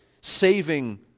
saving